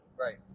Right